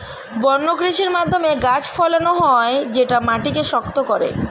বন্য কৃষির মাধ্যমে গাছ ফলানো হয় যেটা মাটিকে শক্ত করে